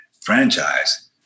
franchise